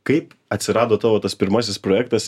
kaip atsirado tavo tas pirmasis projektas